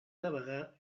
navegar